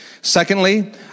Secondly